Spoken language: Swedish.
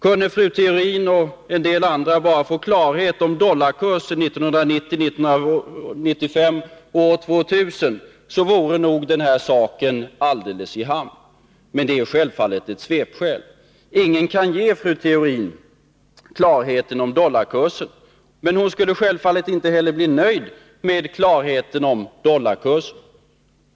Kunde fru Theorin och en del andra bara få klarhet i dollarkursen år 1990, 1995 och 2000 så vore nog den här saken helt i hamn. Men det är självfallet ett svepskäl. Ingen kan ge fru Theorin klarhet om dollarkursen. Och hon skulle självfallet inte heller bli nöjd även om hon fick klarhet om den.